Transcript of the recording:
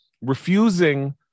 refusing